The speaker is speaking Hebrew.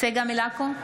צגה מלקו,